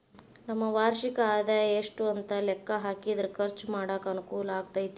ನಮ್ಮ ವಾರ್ಷಿಕ ಆದಾಯ ಎಷ್ಟು ಅಂತ ಲೆಕ್ಕಾ ಹಾಕಿದ್ರ ಖರ್ಚು ಮಾಡಾಕ ಅನುಕೂಲ ಆಗತೈತಿ